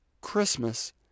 Christmas